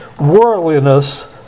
worldliness